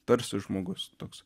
tarsi žmogus toks